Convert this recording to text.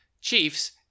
Chiefs